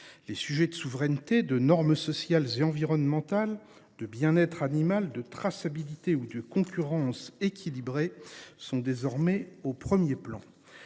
Les sujets de souveraineté, de normes sociales et environnementales, de bien être animal, de traçabilité ou de concurrence équilibrée sont désormais au premier plan.